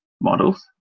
models